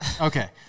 Okay